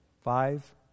five